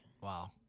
Wow